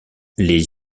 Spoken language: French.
les